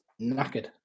knackered